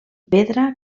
pedra